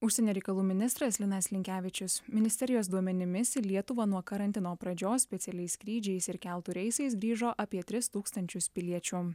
užsienio reikalų ministras linas linkevičius ministerijos duomenimis į lietuva nuo karantino pradžios specialiais skrydžiais ir keltų reisais grįžo apie tris tūkstančius piliečių